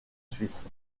suisse